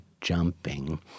jumping